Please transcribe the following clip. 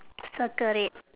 circle it